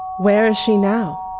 where she now?